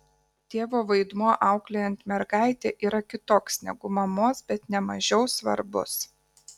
tėvo vaidmuo auklėjant mergaitę yra kitoks negu mamos bet ne mažiau svarbus